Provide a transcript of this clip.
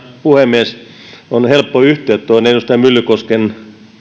puhemies on helppo yhtyä edustaja myllykosken